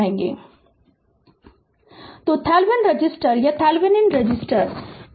Refer Slide Time 2045 तो Thevenin resistor Thevenin resistor तो